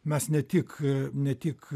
mes ne tik ne tik